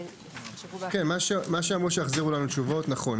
מה שהם אמרו שיחזירו לנו תשובות נכון.